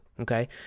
okay